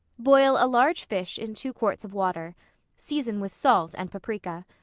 boil a large fish in two quarts of water season with salt and paprica.